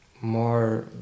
more